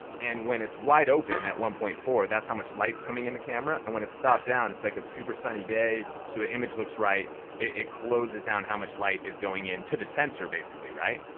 and when it's wide open at one point four, that's how much lights coming in the camera, and when it stop down it's like a super sunny day so the image looks right it closes down how much light is going in to the sensor basically, right?